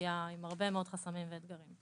אוכלוסייה עם הרבה מאוד חסמים ואתגרים.